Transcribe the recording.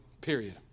Period